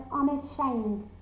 unashamed